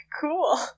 cool